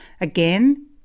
Again